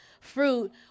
fruit